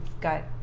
got